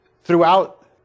throughout